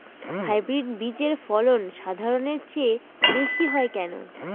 Hybrid বীজের ফলন সাধারণের চেয়ে বেশী হয় কেনো?